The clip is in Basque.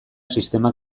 sistema